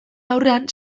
aurrean